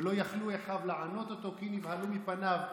ולא יכלו אחיו לענות אתו כי נבהלו מפניו".